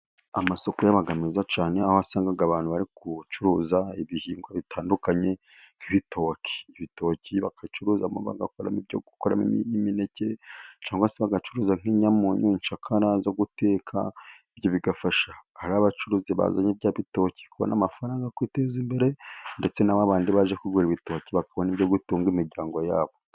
Amasoko aba meza cyane, aho wasangaga abantu bari gucuruza ibihingwa bitandukanye, ibitoki, ibitoki bagacuruzamo bagakora ibyo gukora imineke, cyangwa se bagacuruza nk'innyamunyu, inshakara zo guteka, ibyo bigafasha hari abacuruzi bazanye bya bitoki kubona amafaranga yo kwiteza imbere, ndetse na babandi baje kugura ibitoki bakunda byo gutunga imiryango yabo.